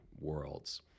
worlds